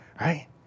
right